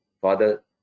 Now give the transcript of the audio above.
father